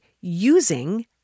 using